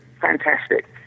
fantastic